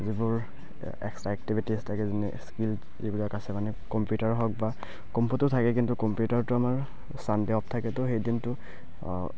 যিবোৰ extra activities থাকে যেনে স্কিল যিবিলাক আছে মানে কম্পিউটাৰ হওক বা কম্ফুটো থাকে কিন্তু কম্পিউটাৰটো আমাৰ ছানডে' অফ থাকেতো সেই দিনটো